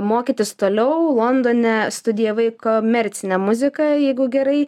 mokytis toliau londone studijavai komercinę muziką jeigu gerai